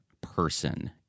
person